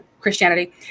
Christianity